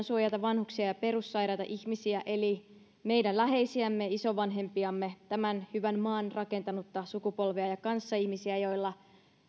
suojata vanhuksia ja perussairaita ihmisiä eli meidän läheisiämme isovanhempiamme tämän hyvän maan rakentanutta sukupolvea ja kanssaihmisiä joilla